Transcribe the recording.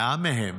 100 מהם